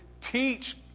teach